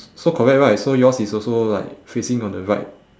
s~ so correct right so yours is also like facing on the right